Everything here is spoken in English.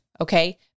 Okay